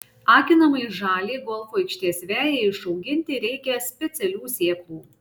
akinamai žaliai golfo aikštės vejai išauginti reikia specialių sėklų